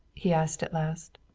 he asked at last.